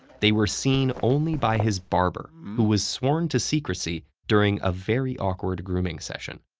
they were seen only by his barber, who was sworn to secrecy during a very awkward grooming session.